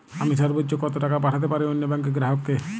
আমি সর্বোচ্চ কতো টাকা পাঠাতে পারি অন্য ব্যাংকের গ্রাহক কে?